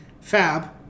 Fab